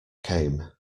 came